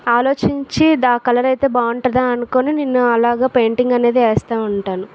ఆలోచించి ఆ కలర్ అయితే బాగుంటదా అనుకోని నేను అలాగా పెయింటింగ్ అనేది వేస్తా ఉంటాను